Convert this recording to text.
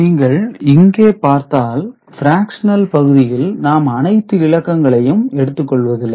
நீங்கள் இங்கே பார்த்தால் பிராக்சனல் பகுதியில் நாம் அனைத்து இலக்கங்களையும் எடுத்துக் கொள்வதில்லை